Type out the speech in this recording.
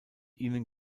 ihnen